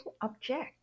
object